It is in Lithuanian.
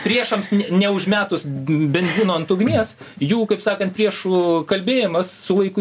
priešams neužmetus benzino ant ugnies jų kaip sakant priešų kalbėjimas su laiku